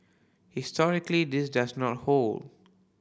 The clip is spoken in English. historically this does not hold